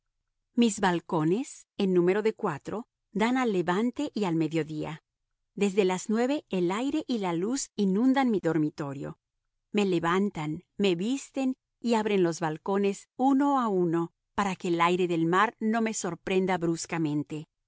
mis balcones en número de cuatro dan al levante y al mediodía desde las nueve el aire y la luz inundan mi dormitorio me levantan me visten y abren los balcones uno a uno para que el aire del mar no me sorprenda bruscamente